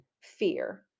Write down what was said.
fear